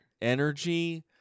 energy